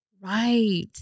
Right